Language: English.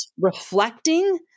reflecting